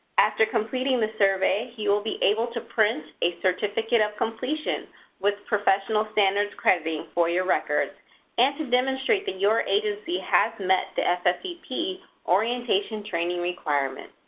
after completing the survey, you will be able to print a certificate of completion with professional standards crediting for your records and to demonstrate that your agency has met the ffvp orientation training requirement.